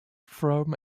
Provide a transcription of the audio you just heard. from